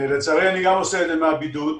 לצערי, אני בבידוד.